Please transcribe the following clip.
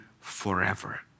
forever